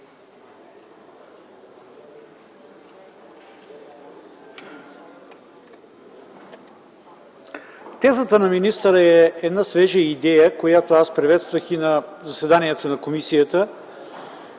Тезата на министъра е една свежа идея, която аз приветствах и на заседанието на комисията,